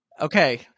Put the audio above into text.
Okay